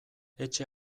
etxe